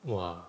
!wah!